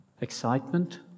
excitement